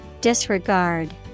Disregard